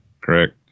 Correct